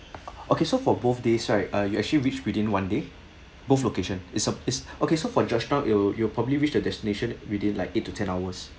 okay so for both days right uh you actually reach within one day both location is a is okay so for georgetown it'll it'll probably reach the destination within like eight to ten hours